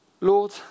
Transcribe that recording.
Lord